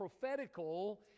prophetical